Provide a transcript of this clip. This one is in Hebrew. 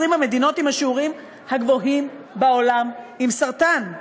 המדינות עם השיעורים הגבוהים בעולם עם סרטן.